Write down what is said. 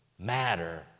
matter